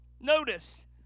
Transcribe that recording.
Notice